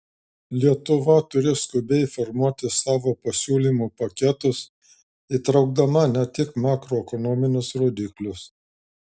lietuva turi skubiai formuoti savo pasiūlymų paketus įtraukdama ne tik makroekonominius rodiklius